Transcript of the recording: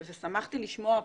שמחתי לשמוע,